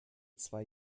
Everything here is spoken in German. zwei